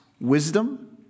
wisdom